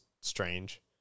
strange